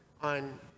on